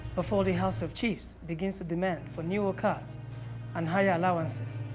before the house of chiefs begins to demand for newer cars and higher allowances.